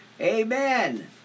Amen